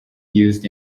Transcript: used